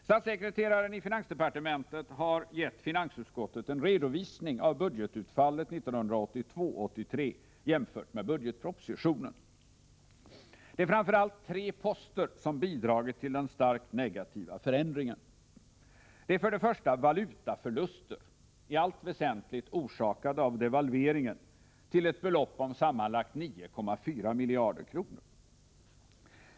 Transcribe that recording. Statssekreteraren i finansdepartementet har gett finansutskottet en redovisning av budgetutfallet 1982/83 jämfört med budgetpropositionen. Det är framför allt tre poster som bidragit till den starkt negativa förändringen. Det är för det första valutaförluster, i allt väsentligt orsakade av devalveringen, till ett belopp om sammanlagt 9,4 miljarder kronor.